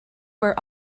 were